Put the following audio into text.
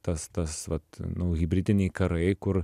tas tas vat nu hibridiniai karai kur